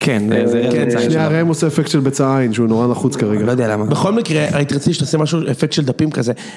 כן, שנייה, הרי הם עושים אפקט של ביצה עין, שהוא נורא נחוץ כרגע. לא יודע למה. בכל מקרה, הייתי רציני שתעשה משהו, אפקט של דפים כזה.